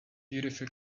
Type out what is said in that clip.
beautiful